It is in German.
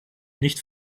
nicht